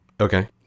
Okay